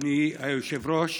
אדוני היושב-ראש,